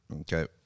Okay